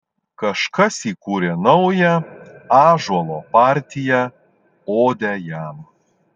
kažkas įkūrė naują ąžuolo partiją odę jam